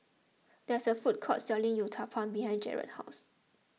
there is a food court selling Uthapam behind Gerard's house